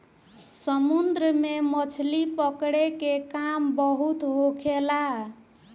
समुन्द्र में मछली पकड़े के काम बहुत होखेला